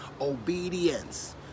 obedience